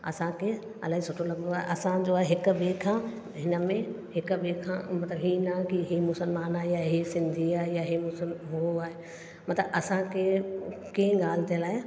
असांखे इलाही सुठो लॻंदो आहे असांजो आहे हिकु ॿिएं खां हिन में हिकु ॿिएं खां मतलबु इहे न कि इहे मुसलमान आहे या इहे सिंधी आहे या इहे मूं उहो आहे मतलबु असांखे कंहिं ॻाल्हि जे लाइ